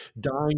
dying